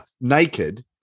naked